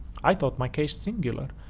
i thought my case singular,